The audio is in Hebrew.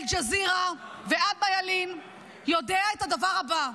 אל-ג'זירה --- יודע את הדבר הבא: